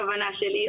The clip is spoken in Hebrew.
הכווה שלי,